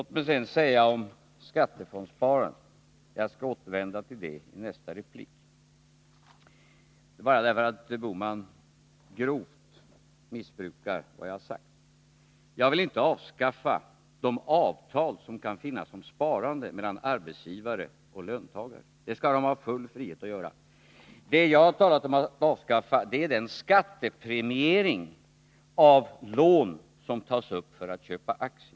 Skattefondssparandet skall jag återvända till i nästa replik, men bara därför att Gösta Bohman missbrukar vad jag har sagt måste jag förklara, att jag inte vill avskaffa de avtal som kan finnas om sådant sparande mellan arbetsgivare och löntagare. Sådana skall de ha full frihet att träffa. Det jag har talat om att avskaffa är skattepremieringen av lån som tas upp för att man skall köpa aktier.